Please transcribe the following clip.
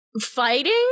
Fighting